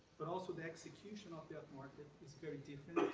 but also the execution of that market is very different,